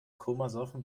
komasaufen